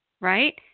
right